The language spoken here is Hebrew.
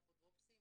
האפוטרופוסים,